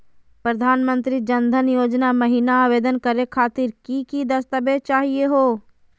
प्रधानमंत्री जन धन योजना महिना आवेदन करे खातीर कि कि दस्तावेज चाहीयो हो?